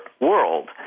world